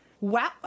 Wow